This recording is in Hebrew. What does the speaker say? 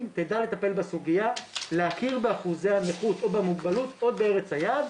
יידע לטפל בסוגיה להכיר באחוזי הנכות או במוגבלות עוד בארץ היעד,